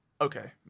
Okay